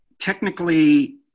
Technically